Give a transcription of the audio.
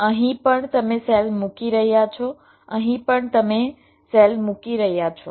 અહીં પણ તમે સેલ મૂકી રહ્યા છો અહીં પણ તમે સેલ મૂકી રહ્યા છો